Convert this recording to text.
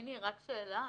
פיני רק שאלה.